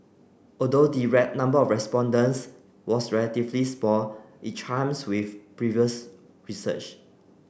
although the number of respondents was relatively it chimes with previous research